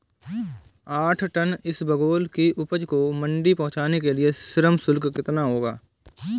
आठ टन इसबगोल की उपज को मंडी पहुंचाने के लिए श्रम शुल्क कितना होगा?